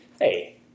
Hey